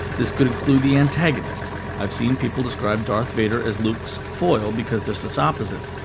this could include the antagonist i've seen people describe darth vader as luke's foil because they're such opposites,